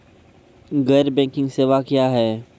गैर बैंकिंग सेवा क्या हैं?